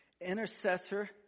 Intercessor